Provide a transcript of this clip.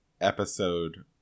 episode